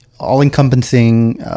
all-encompassing